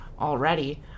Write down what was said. already